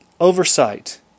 oversight